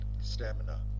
stamina